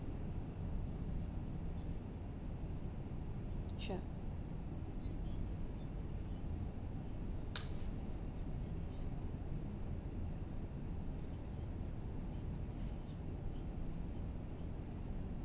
sure